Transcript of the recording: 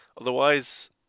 otherwise